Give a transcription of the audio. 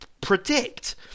predict